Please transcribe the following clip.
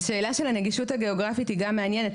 השאלה של הנגישות הגיאוגרפית היא גם מעניינת,